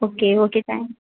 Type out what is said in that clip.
okay okay thanks